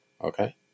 okay